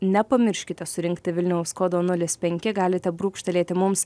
nepamirškite surinkti vilniaus kodo nulis penki galite brūkštelėti mums